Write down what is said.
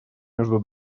между